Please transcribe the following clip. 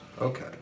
Okay